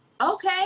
Okay